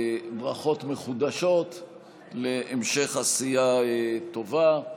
ברכות מחודשות להמשך עשייה טובה.